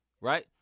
right